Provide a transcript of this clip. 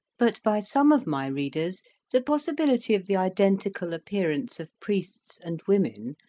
but by some of my readers the possibility of the identical appearance of priests and women,